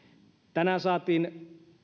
tänään saatiin